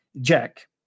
Jack